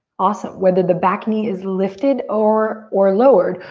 awesome, whether the back knee is lifted or or lowered,